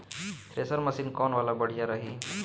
Thresher machine कौन वाला बढ़िया रही?